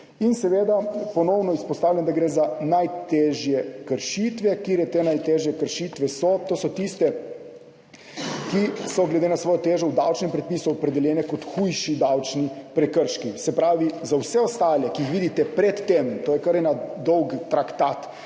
In seveda, ponovno izpostavljam, gre za najtežje kršitve. Katere so te najtežje kršitve? To so tiste, ki so glede na svojo težo v davčnem predpisu opredeljene kot hujši davčni prekrški. Se pravi, na vse ostale, ki jih pred tem vidite v zakonu,